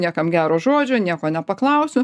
niekam gero žodžio nieko nepaklausiu